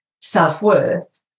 self-worth